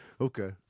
Okay